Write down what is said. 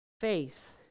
faith